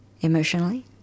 emotionally